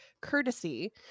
courtesy